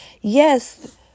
Yes